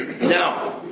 Now